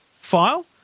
file